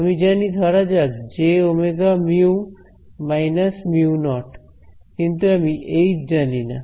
আমি জানি ধরা যাক জে omega mu minus mu naught কিন্তু আমি এইচ জানিনা